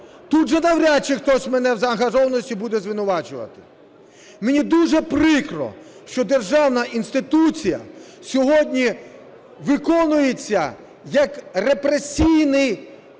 тут вже навряд чи хтось мене в заангажованості буде звинувачувати. Мені дуже прикро, що державна інституція сьогодні виконується як репресійний